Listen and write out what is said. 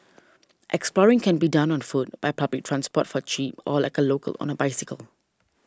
exploring can be done on foot by public transport for cheap or like a local on a bicycle